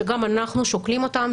שגם אנחנו שוקלים אותם,